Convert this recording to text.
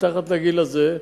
מתחת לגיל הזה.